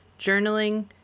journaling